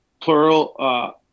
plural